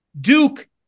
Duke